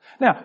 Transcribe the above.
Now